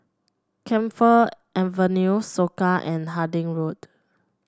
Camphor Avenue Soka and Harding Road